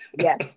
Yes